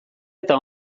eta